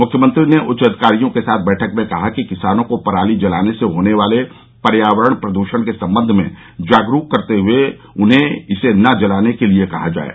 मुख्यमंत्री ने उच्च अधिकारियों के साथ बैठक में कहा कि किसानों को पराली जलाने से होने वाले पर्यावरण प्रदूषण के संबंध में जागरूक करते हुये उन्हें इसे न जलाने के लिए कहा जाये